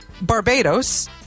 Barbados